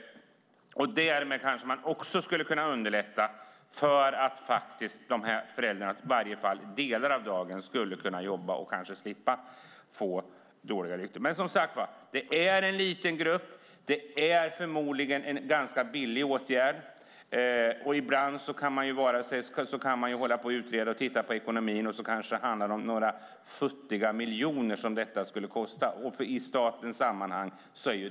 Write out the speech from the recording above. Därmed skulle man kunna underlätta för de här föräldrarna att kunna jobba åtminstone delar av dagen och slippa få dåligt rykte. Det är en liten grupp, och det är förmodligen en ganska billig åtgärd. Ibland kan man utreda och titta på ekonomin och få se att det skulle kosta några futtiga miljoner.